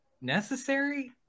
necessary